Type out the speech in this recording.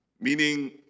meaning